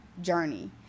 journey